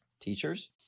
teachers